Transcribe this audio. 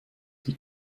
die